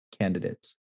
candidates